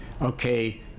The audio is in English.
okay